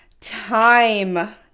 time